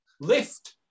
Lift